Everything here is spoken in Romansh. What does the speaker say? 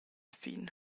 fin